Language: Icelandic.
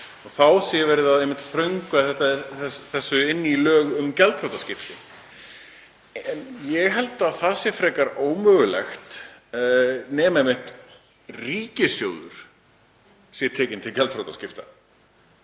og þá er verið að þröngva þessu inn í lög um gjaldþrotaskipti. Ég held að það sé frekar ómögulegt nema einmitt að ríkissjóður sé tekinn til gjaldþrotaskipta,